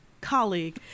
colleague